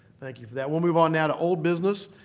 thank you for that. we'll move on now to old business.